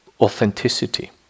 authenticity